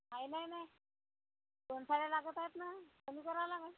नाही नाही नाही दोन साड्या लागत आहेत ना कमी करायला लागेल